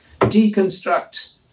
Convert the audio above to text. deconstruct